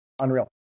Unreal